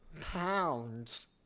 pounds